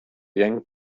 younger